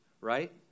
right